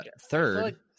third